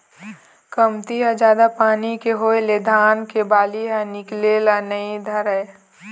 कमती या जादा पानी के होए ले धान के बाली ह निकले ल नइ धरय